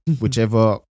whichever